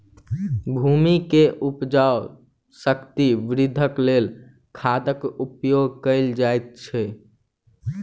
भूमि के उपजाऊ शक्ति वृद्धिक लेल खादक उपयोग कयल जाइत अछि